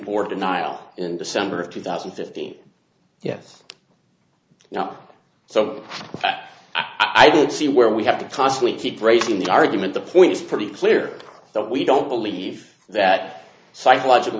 second or denial in december of two thousand and fifteen yes now so i don't see where we have to constantly keep raising the argument the point is pretty clear that we don't believe that psychological